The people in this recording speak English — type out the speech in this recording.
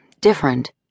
different